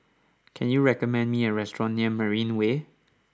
can you recommend me a restaurant near Marina Way